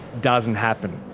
doesn't happen.